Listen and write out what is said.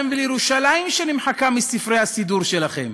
מה לכם ולירושלים שנמחקה מספרי הסידור שלכם?